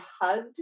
hugged